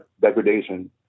degradation